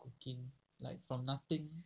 cooking like from nothing